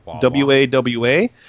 W-A-W-A